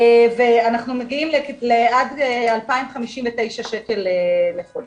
אנחנו מגיעים עד ל-2,059 שקלים לחודש.